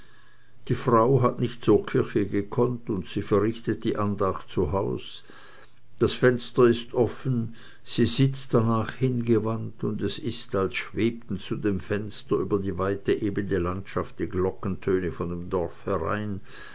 die frau hat nicht zur kirche gekonnt und sie verrichtet die andacht zu haus das fenster ist offen sie sitzt darnach hingewandt und es ist als schwebten zu dem fenster über die weite ebne landschaft die glockentöne von dem dorfe